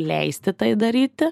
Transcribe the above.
leisti tai daryti